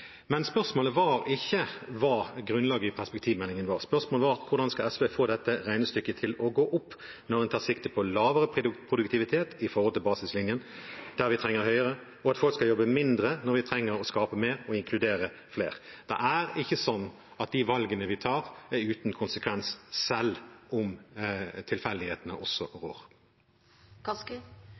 Men spørsmålet var ikke hva grunnlaget i perspektivmeldingen var. Spørsmålet var: Hvordan skal SV få dette regnestykket til å gå opp når en tar sikte på lavere produktivitet, med tanke på basislinjen, der vi trenger høyere, og at folk skal jobbe mindre når vi trenger å skape mer og inkludere flere? Det er ikke sånn at de valgene vi tar, er uten konsekvens, selv om tilfeldighetene også